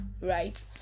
right